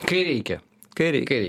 kai reikia kairei kairei